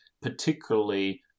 particularly